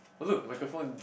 oh look the microphone